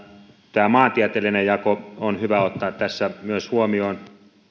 tämä maantieteellinen jako on hyvä ottaa tässä myös huomioon